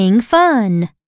Fun